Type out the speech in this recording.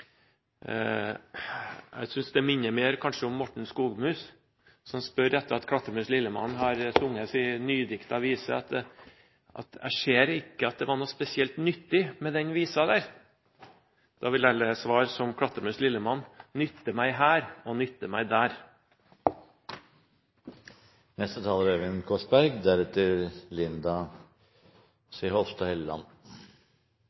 jeg besvare representanten Stokkan-Grandes innlegg med at jeg synes kanskje det minner mer om Morten Skogmus, som, etter at Klatremus Lillemann har sunget sin nydiktede vise, sier at han ikke ser at det var noe spesielt nyttig med den visen der. Da vil jeg svare som Klatremus Lillemann: «Nytte meg her og nytte meg der.» Jeg skal ikke dra meg til de store høyder, som forrige taler